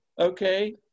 okay